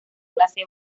clase